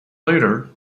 later